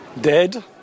dead